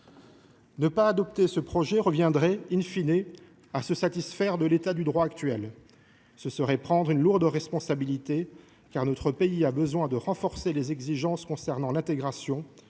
Ne pas adopter ce projet de loi reviendrait à se satisfaire de l’état du droit actuel. Ce serait prendre une lourde responsabilité, car notre pays a besoin de renforcer les exigences concernant l’intégration,